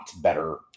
better